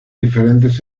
diferentes